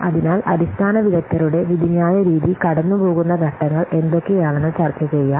അതിനാൽ അടിസ്ഥാന വിദഗ്ദ്ധരുടെ വിധിന്യായ രീതി കടന്നുപോകുന്ന ഘട്ടങ്ങൾ എന്തൊക്കെയാണെന്ന് ചർച്ച ചെയ്യാം